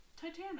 Titanic